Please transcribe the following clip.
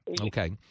Okay